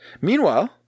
Meanwhile